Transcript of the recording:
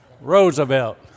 Roosevelt